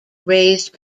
raised